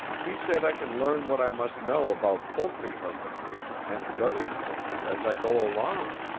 he said i can learn what i must know about poultry husbandry and berry culture as i go along.